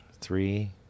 three